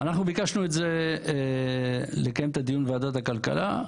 אז אנחנו ביקשנו לקיים את הדיון בוועדת הכלכלה.